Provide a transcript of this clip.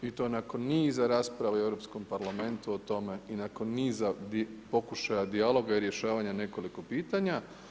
I to nakon niza rasprava u Europskom parlamentu o tome i nakon niza pokušaja dijaloga i rješavanja nekoliko pitanja.